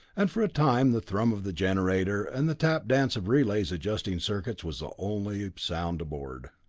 and for a time the thrum of the generator and the tap-dance of relays adjusting circuits was the only sound aboard.